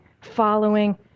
following